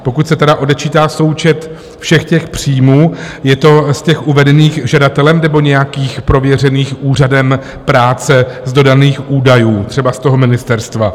Pokud se tedy odečítá součet všech příjmů, je to z těch uvedených žadatelem, nebo nějakých prověřených úřadem práce z dodaných údajů, třeba z toho ministerstva?